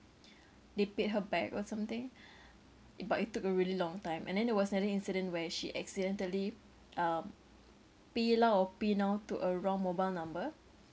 they paid her back or something it but it took a really long time and then there was another incident where she accidentally um paylah or paynow to a wrong mobile number